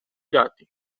dati